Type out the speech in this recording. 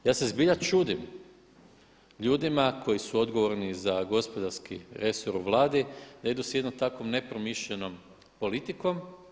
Ja se zbilja čudim ljudima koji su odgovorni za gospodarski resor u Vladi da idu s jednom takvom nepromišljenom politikom.